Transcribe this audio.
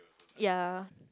yeah